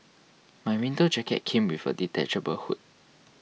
my winter jacket came with a detachable hood